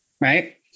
right